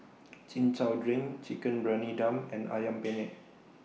Chin Chow Drink Chicken Briyani Dum and Ayam Penyet